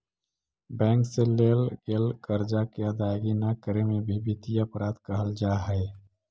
bank से लेल गेल कर्जा के अदायगी न करे में भी वित्तीय अपराध कहल जा हई